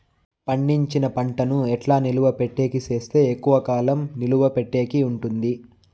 పండించిన పంట ను ఎట్లా నిలువ పెట్టేకి సేస్తే ఎక్కువగా కాలం నిలువ పెట్టేకి ఉంటుంది?